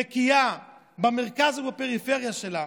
נקייה, במרכז ובפריפריה שלה.